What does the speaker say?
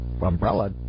umbrella